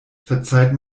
verzeiht